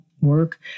work